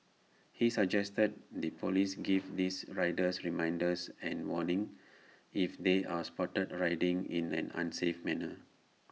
he suggested the Police give these riders reminders and warnings if they are spotted riding in an unsafe manner